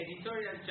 editorial